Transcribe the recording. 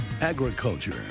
Agriculture